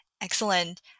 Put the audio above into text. Excellent